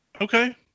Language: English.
Okay